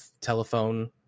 telephone